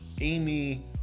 Amy